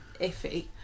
iffy